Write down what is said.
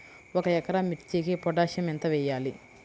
ఒక ఎకరా మిర్చీకి పొటాషియం ఎంత వెయ్యాలి?